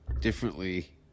differently